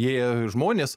jie žmonės